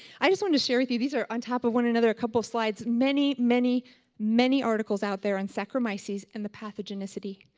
i just want to share with you. these are on top of one another, a couple of slides, many many many articles out there on saccharomyces and the pathogenicity.